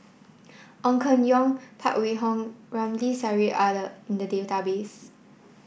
Ong Keng Yong Phan Wait Hong Ramli Sarip are the in the database